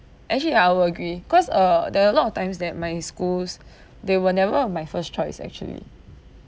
actually I will agree cause uh there are a lot of times that my schools they were never on my first choice actually